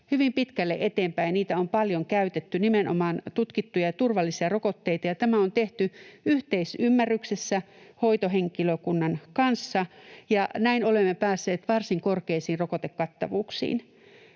hyvin pitkälle eteenpäin. Niitä on paljon käytetty, nimenomaan tutkittuja ja turvallisia rokotteita, ja tämä on tehty yhteisymmärryksessä hoitohenkilökunnan kanssa, ja näin olemme päässeet varsin korkeisiin rokotekattavuuksiin.